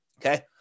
Okay